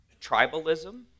tribalism